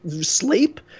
sleep